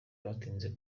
batinze